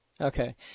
Okay